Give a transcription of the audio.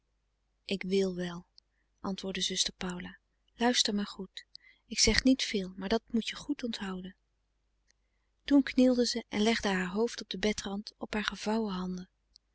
ik wil wèl antwoordde zuster paula luister maar goed ik zeg niet veel maar dat moet je goed onthouden toen knielde ze en legde haar hoofd op den bedrand op haar gevouwen handen